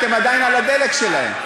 אתם עדיין על הדלק שלהם.